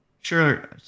sure